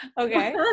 Okay